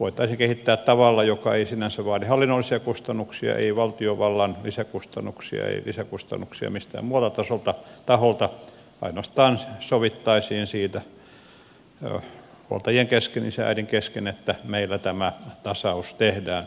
voitaisiin kehittää tavalla joka ei sinänsä vaadi hallinnollisia kustannuksia ei valtiovallan lisäkustannuksia ei lisäkustannuksia miltään muulta taholta ainoastaan sovittaisiin huolta jien isän ja äidin kesken siitä että meillä tämä tasaus tehdään